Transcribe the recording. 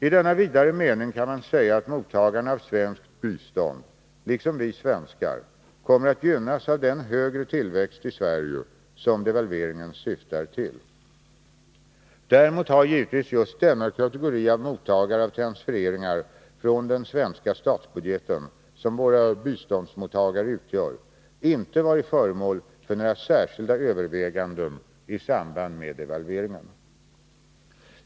I denna vidare mening kan man säga att mottagarna av svenskt bistånd, liksom vi svenskar, kommer att gynnas av den högre tillväxt i Sverige som devalveringen syftar till. Däremot har givetvis just denna kategori av mottagare av transfereringar från den svenska stadsbudgeten som våra biståndsmottagare utgör, inte varit föremål för några särskilda överväganden i samband med devalveringen.